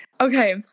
Okay